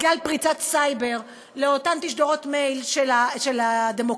בגלל פריצת סייבר לתשדורות מייל של הדמוקרטים.